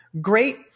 great